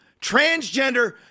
transgender